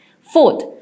Fourth